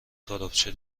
تربچه